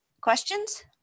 Questions